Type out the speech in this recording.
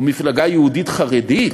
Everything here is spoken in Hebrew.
או מפלגה יהודית חרדית?